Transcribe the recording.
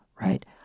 right